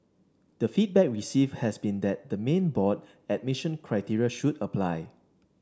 the feedback receive has been that the main board admission criteria should apply